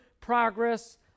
progress